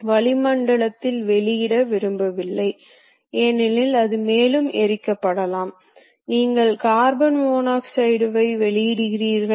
அதுவே நீங்கள் இந்த வட்டத்தை வரைய விரும்பினால் நீங்கள் எதிர்ப்பு கடிகாரம் திசையில் செல்வீர்கள்